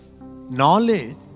knowledge